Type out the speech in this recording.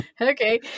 Okay